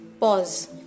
Pause